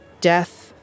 death